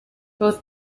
both